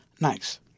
nice